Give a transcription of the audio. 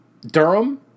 Durham